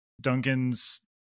Duncan's